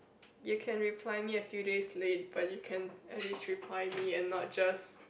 you can reply me a few days late but you can at least reply me and not just